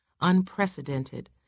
unprecedented